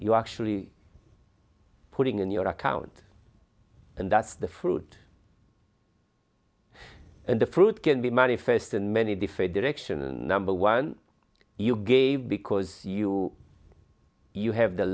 you actually putting in your account and that's the fruit and the fruit can be manifest in many different directions number one you gave because you you have the